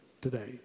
today